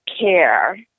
care